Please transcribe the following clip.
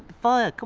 fire,